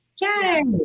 Yay